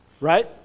Right